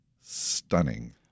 stunning